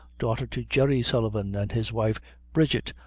daughter to jerry sullivan and his wife bridget,